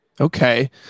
Okay